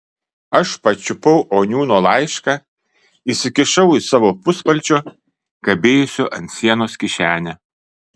aš pačiupau oniūno laišką įsikišau į savo puspalčio kabėjusio ant sienos kišenę